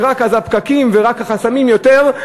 שאז רק הפקקים ורק החסמים הם יותר,